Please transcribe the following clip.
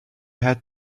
had